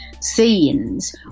scenes